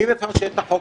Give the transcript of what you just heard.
מי מפרשן את החוק?